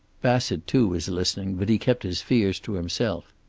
bassett too was listening, but he kept his fears to himself.